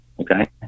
okay